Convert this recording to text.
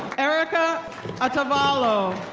erika otavalo.